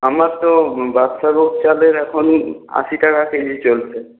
আমার তো বাদশা ভোগ চালের এখন আশি টাকা কেজি চলছে